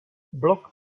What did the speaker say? blok